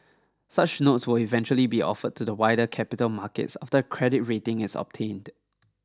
such notes will eventually be offered to the wider capital markets after a credit rating is obtained